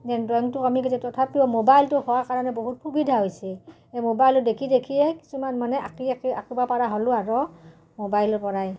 ড্ৰইংটো কমি গছে তথাপিও মোবাইলটো হোৱাৰ কাৰণে বহুত সুবিধা হৈছে এই মোবাইলটো দেখি দেখিয়ে কিছুমান মানে আঁকি আঁকি আঁকিব পাৰা হ'লোঁ আৰু মোবাইলৰ পৰাই